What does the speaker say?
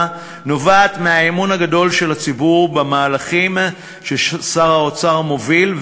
נובעת מהאמון הגדול של הציבור במהלכים ששר האוצר מוביל.